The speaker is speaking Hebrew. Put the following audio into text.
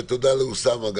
ותודה לאוסאמה,